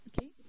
okay